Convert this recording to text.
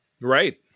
Right